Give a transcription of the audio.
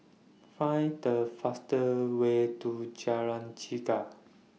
Find The fast Way to Jalan Chegar